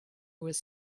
was